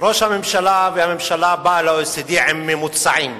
ראש הממשלה, הממשלה באה ל-OECD עם ממוצעים: